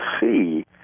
see